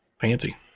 fancy